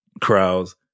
crowds